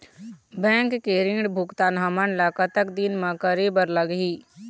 Bank के ऋण भुगतान हमन ला कतक दिन म करे बर लगही?